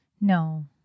No